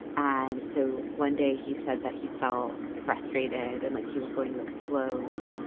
and so one day he said that he felt frustrated and like he was going to explode.